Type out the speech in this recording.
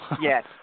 Yes